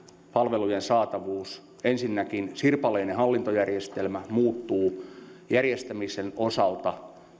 palvelujen saatavuutta ensinnäkin sirpaleinen hallintojärjestelmä muuttuu järjestämisen osalta